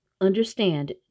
Understand